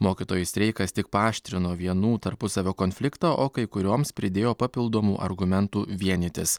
mokytojų streikas tik paaštrino vienų tarpusavio konfliktą o kai kurioms pridėjo papildomų argumentų vienytis